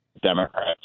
Democrats